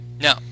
No